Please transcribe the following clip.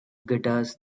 guitars